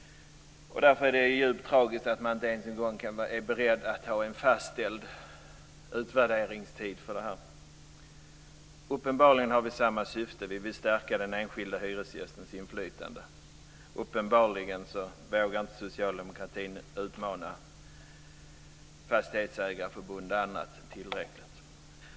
Därför är det djupt tragiskt att man inte ens en gång är beredd att ha en fastställd utvärderingstid för det här. Uppenbarligen har vi samma syfte. Vi vill stärka den enskilde hyresgästens inflytande. Uppenbarligen vågar inte socialdemokratin utmana fastighetsägarförbund och andra tillräckligt.